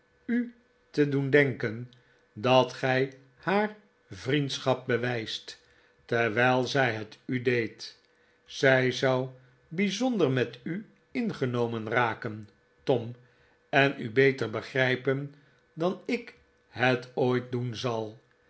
u te doen denken dat gij haar vriendschap beweest terwijl zij het u deed zij zou bijzonder met u ingenomen raken tom en u beter begrijpen dan ik het ooit doen zal